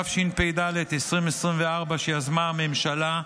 התשפ"ד 2024, שיזמה הממשלה,